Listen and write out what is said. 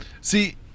see